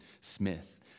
Smith